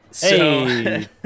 Hey